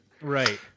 Right